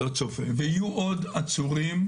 ויהיו עוד עצורים,